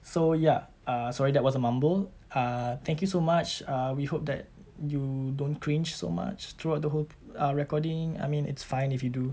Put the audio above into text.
so ya err sorry that was a mumble err thank you so much err we hope that you don't cringe so much throughout the whole uh recording I mean it's fine if you do